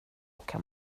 kan